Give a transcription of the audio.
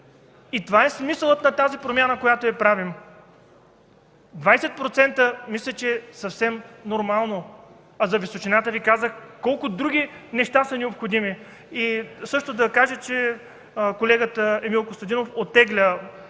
и това е смисълът на тази промяна, която правим. Двадесет процента мисля, че е съвсем нормално. За височината Ви казах. Колко други неща са необходими... Също да кажа, че колегата Емил Костадинов оттегля